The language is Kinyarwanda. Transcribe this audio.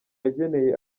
bageneye